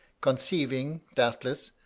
conceiving, doubtless,